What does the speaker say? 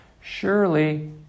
Surely